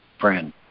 friend